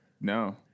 No